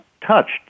touched